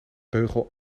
beugel